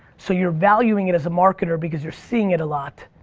so you're valuing it as a marketer because you're seeing it a lot,